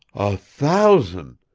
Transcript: a thousan'?